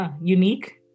unique